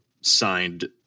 signed